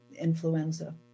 influenza